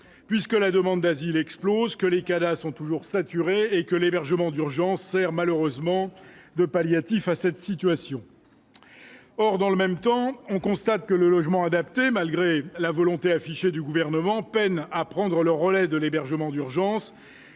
puisque la demande d'asile explose, que les Cada sont toujours saturés et que l'hébergement d'urgence sert malheureusement de palliatif à cette situation. Or dans le même temps, on constate que le logement adapté, malgré la volonté affichée du gouvernement peine à prendre le relais de l'hébergement d'urgence